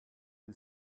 you